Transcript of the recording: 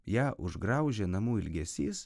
ją užgraužė namų ilgesys